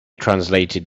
translated